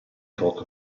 foto